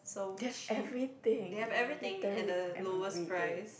they have everything literally everything